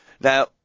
Now